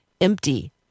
empty